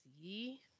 See